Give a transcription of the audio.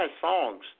songs